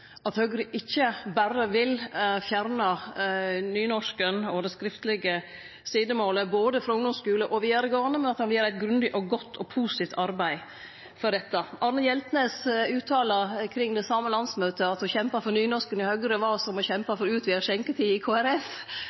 at Høgre ikkje berre vil fjerne nynorsken og det skriftlege sidemålet frå både ungdomsskulen og vidaregåande skule, men at han òg vil gjere eit grundig, positivt og godt arbeid for nynorsken. Arne Hjeltnes uttala kring det same landsmøtet at å kjempe for nynorsken i Høgre var som å kjempe for utvida skjenketid i